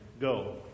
Go